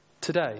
Today